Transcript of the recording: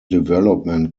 development